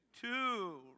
two